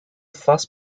fast